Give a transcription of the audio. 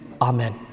Amen